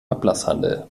ablasshandel